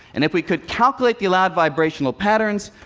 and if we could calculate the allowed vibrational patterns,